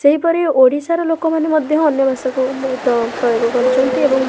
ସେହିପରି ଓଡ଼ିଶାର ଲୋକମାନେ ମଧ୍ୟ ଅନ୍ୟଭାଷାକୁ ବହୁତ ପ୍ରୟୋଗ କରୁଛନ୍ତି ଏବଂ